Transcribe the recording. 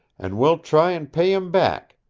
and we'll try and pay him back.